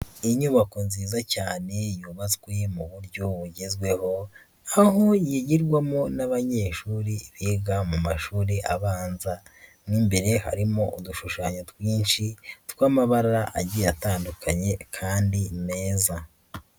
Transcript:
Inyubako nziza cyane yubatswe mu buryo bugezweho aho yigirwamo n'abanyeshuri biga mu mashuri abanza, mo imbere harimo udushushanyo twinshi tw'amabara agiye atandukanye kandi meza.